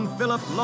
Philip